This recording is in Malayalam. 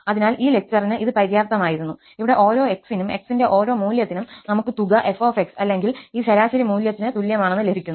അതിനാൽ ഈ ലെക്ചറിന് ഇത് പര്യാപ്തമായിരുന്നു ഇവിടെ ഓരോ x നും x ന്റെ ഓരോ മൂല്യത്തിനും നമുക്ക് തുക f അല്ലെങ്കിൽ ഈ ശരാശരി മൂല്യത്തിന് തുല്യമാണെന്ന് ലഭിക്കുന്നു